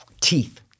Teeth